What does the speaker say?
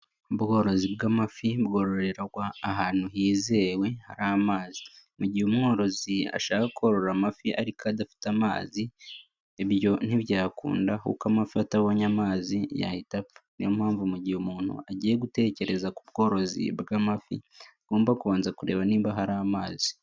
Ubworozi bw'amafi bwororerwa ahantu hizewe hari amazi. Mu gihe umworozi ashaka korora amafi ariko adafite amazi, ibyo ntibyakunda kuko amafi atabonye amazi, yahita apfa. Ni yo mpamvu mu gihe umuntu agiye gutekereza ku bworozi bw'amafi, agomba kubanza kureba niba hari amazi.